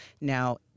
now